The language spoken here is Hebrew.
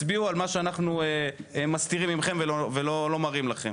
להצביע על מה שמסתירים מאיתנו ולא מראים לנו.